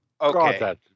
Okay